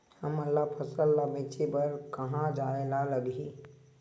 हमन ला फसल ला बेचे बर कहां जाये ला लगही?